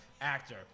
actor